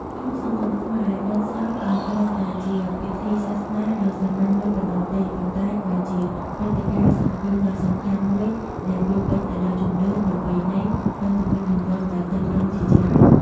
ក្នុងសង្គមខ្មែរ បុណ្យសពមិនត្រឹមតែជាពិធីសាសនាដ៏សាមញ្ញមួយប៉ុណ្ណោះទេ ប៉ុន្តែក៏ជាព្រឹត្តិការណ៍សង្គមដ៏សំខាន់មួយ ដែលពោរពេញទៅដោយជំនឿ ប្រពៃណី និងទំនៀមទម្លាប់ដ៏តឹងរ៉ឹងជាច្រើន។